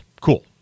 Cool